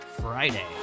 friday